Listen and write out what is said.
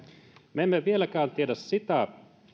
me emme vieläkään tiedä sitä